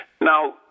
Now